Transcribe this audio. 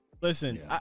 Listen